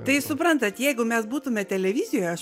tai suprantat jeigu mes būtume televizijo aš